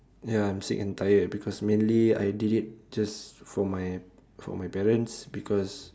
ya I'm sick and tired because mainly I did it just for my for my parents because